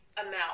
amount